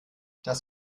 das